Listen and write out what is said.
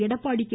Edappadi K